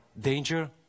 danger